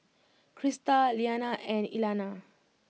Krysta Leanna and Elena